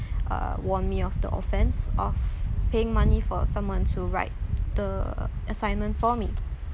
uh warned me of the offence of paying money for someone to write the assignment for me